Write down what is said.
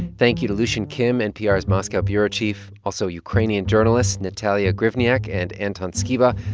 thank you to lucian kim, npr's moscow bureau chief, also ukrainian journalists natalia gryvnyak, and anton skyba,